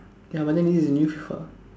ya but then this is the new Fifa